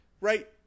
right